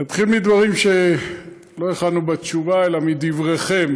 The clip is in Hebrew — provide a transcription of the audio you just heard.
נתחיל מדברים שלא הכנו בתשובה אלא מדבריכם.